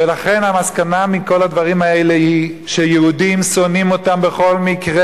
ולכן המסקנה מכל הדברים האלה היא שיהודים שונאים בכל מקרה,